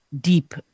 deep